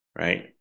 right